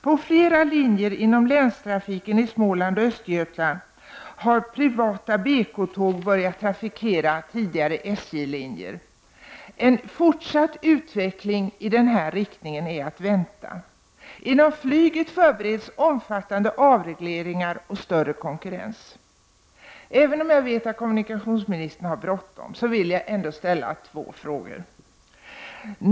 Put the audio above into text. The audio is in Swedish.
På flera linjer inom länstrafiken i Småland och Östergötland har privata BK-tåg börjat trafikera tidigare SJ-linjer. En fortsatt utveckling i denna riktning är att vänta. Inom flyget förbereds omfattande avregleringar och större konkurrens. Även om jag vet att kommunikationsministern har bråttom vill jag ändå ställa två frågor.